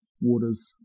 waters